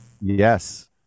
Yes